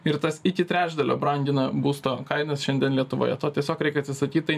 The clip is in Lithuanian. ir tas iki trečdalio brangina būsto kainas šiandien lietuvoje to tiesiog reikia atsisakyt tai